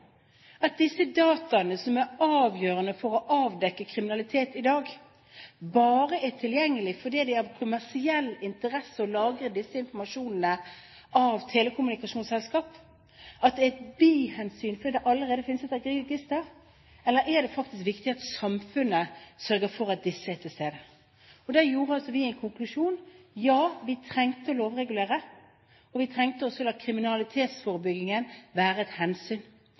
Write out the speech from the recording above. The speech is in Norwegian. at disse dataene, som er avgjørende for å avdekke kriminalitet i dag, bare er tilgjengelig fordi det er av kommersiell interesse for telekommunikasjonsselskaper å lagre slik informasjon, at dette er et bihensyn fordi det allerede finnes et register – eller er det viktig at samfunnet sørger for at disse dataene finnes? Her trakk vi en konklusjon: Ja, vi trenger å lovregulere, og vi trenger å la kriminalitetsforebyggingen være et hensyn,